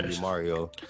Mario